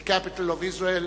the capital of Israel,